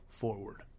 forward